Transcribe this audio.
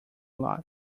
lot